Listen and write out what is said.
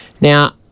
Now